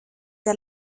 der